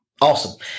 Awesome